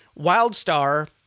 Wildstar